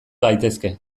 gaitezke